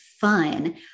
fun